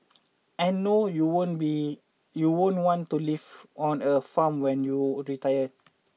and no you won't be you won't want to live on a farm when you retire